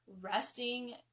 resting